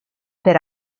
per